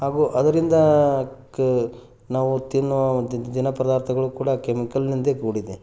ಹಾಗೂ ಅದರಿಂದ ಕ ನಾವು ತಿನ್ನುವ ದಿನ ಪದಾರ್ಥಗಳು ಕೂಡ ಕೆಮಿಕಲ್ಲಿನಿಂದೇ ಕೂಡಿದೆ